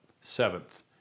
Seventh